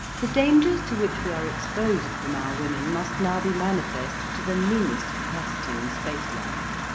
the dangers to which we are exposed from our women must now be manifest to the meanest capacity in spaceland.